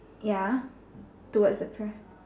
ya towards the